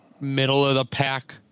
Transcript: middle-of-the-pack